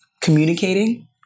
communicating